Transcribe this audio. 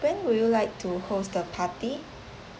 when would you like to host the party